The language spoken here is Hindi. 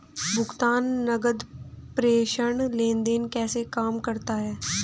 भुगतान नकद प्रेषण लेनदेन कैसे काम करता है?